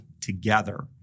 together